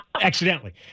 accidentally